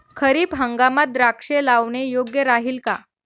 खरीप हंगामात द्राक्षे लावणे योग्य राहिल का?